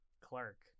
Clark